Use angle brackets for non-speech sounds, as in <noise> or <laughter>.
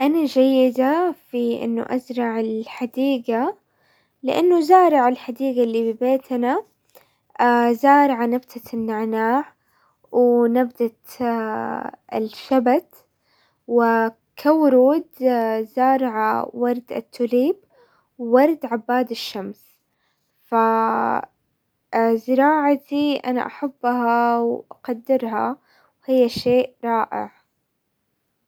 انا جيدة في انه ازرع الحديقة، لانه زارع الحديقة اللي في بيتنا <hesitation> زارع نبتة النعناع ونبتة <hesitation> الشبت، وكورود <hesitation> زارعة ورد التيوليب ورد عباد الشمس. زراعتي انا احبها واقدرها، هي شيء رائع.